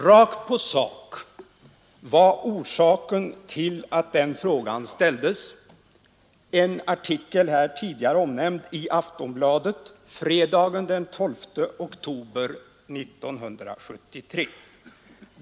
Rakt på sak var orsaken till att den frågan ställdes en artikel — här tidigare omnämnd — i Aftonbladet fredagen den 12 oktober 1973.